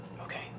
Okay